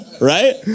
Right